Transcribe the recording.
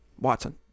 Watson